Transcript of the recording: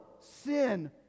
sin